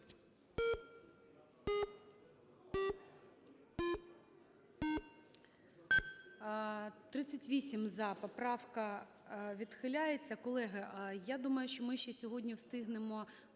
За-38 Поправка відхиляється. Колеги, я думаю, що ми ще сьогодні встигнемо